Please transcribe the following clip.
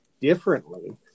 differently